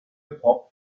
pop